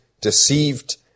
deceived